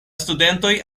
studentoj